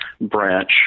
branch